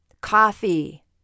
coffee